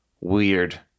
weird